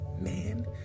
man